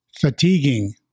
Fatiguing